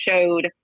showed